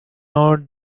not